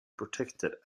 protected